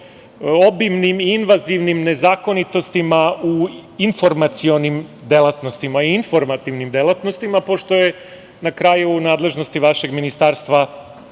obimnim i invazivnim nezakonitostima u informacionim delatnostima i informativnim delatnostima, pošto je na kraju u nadležnosti vašeg ministarstva